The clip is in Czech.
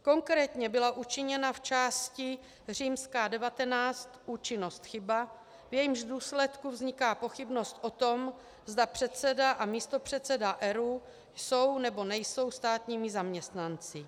Konkrétně byla učiněna v části XIX Účinnost chyba, v jejímž důsledku vzniká pochybnost o tom, zda předseda a místopředseda ERÚ jsou, nebo nejsou státními zaměstnanci.